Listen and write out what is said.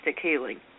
healing